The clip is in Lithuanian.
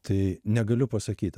tai negaliu pasakyti